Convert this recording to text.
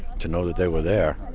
to know that they were there,